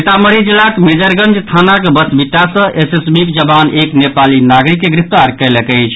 सीतामढ़ी जिलाक मेजरगंज थानाक बसबिट्टा सँ एसएसबीक जवान एक नेपाली नागरिक के गिरफ्तार कयलक अछि